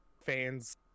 fans